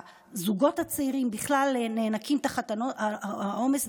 הזוגות הצעירים בכלל נאנקים תחת העומס,